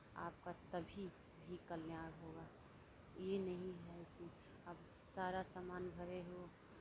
आपका तभी भी कल्याण होगा ये नहीं है कि अब सारा सामान भरे हो